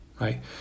right